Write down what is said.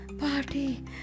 Party